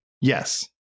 Yes